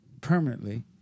permanently